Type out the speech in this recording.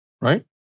Right